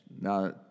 Now